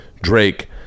Drake